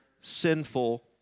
sinful